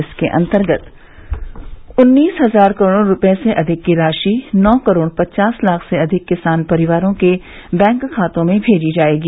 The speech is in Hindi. इसके अंतर्गत उन्नीस हजार करोड़ रूपये से अधिक की राशि नौ करोड़ पचास लाख से अधिक किसान परिवारों के बैंक खातों में भेजी जाएगी